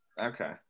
Okay